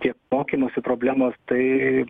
tiek mokymosi problemos tai